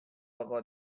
آقا